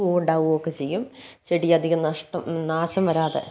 പൂ ഉണ്ടാവുകയൊക്കെ ചെയ്യും ചെടി അധികം നഷ്ടം നാശം വരാതെ